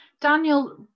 Daniel